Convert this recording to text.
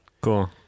Cool